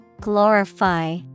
Glorify